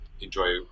enjoy